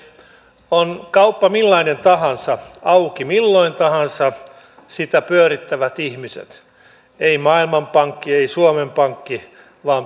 on kauppa millainen tahansa auki milloin tahansa sitä pyörittävät ihmiset ei maailmanpankki ei suomen pankki vaan pienipalkkaiset ihmiset